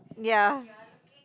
ya